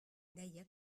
deia